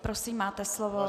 Prosím, máte slovo.